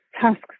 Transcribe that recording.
tasks